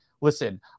listen